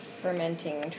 fermenting